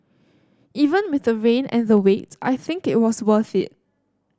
even with the rain and the wait I think it was worth it